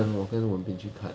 我跟我跟文彬去看